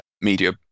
media